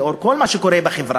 לאור כל מה שקורה בחברה,